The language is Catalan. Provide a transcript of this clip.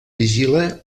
vigila